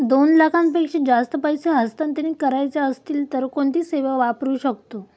दोन लाखांपेक्षा जास्त पैसे हस्तांतरित करायचे असतील तर कोणती सेवा वापरू शकतो?